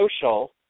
social